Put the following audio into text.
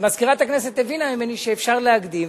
ומזכירת הכנסת הבינה ממני שאפשר להקדים,